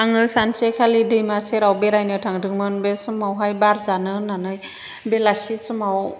आङो सानसेखालि दैमा सेराव बेरायनो थांदोंमोन बे समावहाय बार जानो होननानै बेलासि समाव